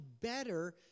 better